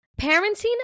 Parenting